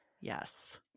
yes